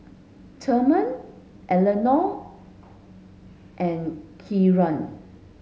Thurman Elenora and Kieran